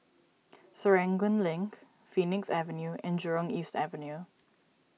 Serangoon Link Phoenix Avenue and Jurong East Avenue